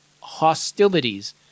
hostilities